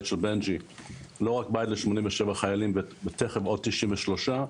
של בנג'י לא רק בית ל-87 חיילים ותיכף עוד 93,